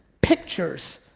pictures,